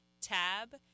tab